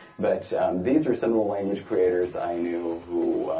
but these are some of the language creators i knew who,